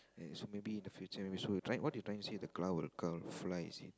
so maybe in the future we so what you trying to say is the car will car fly in